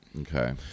Okay